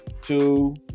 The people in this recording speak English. two